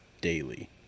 daily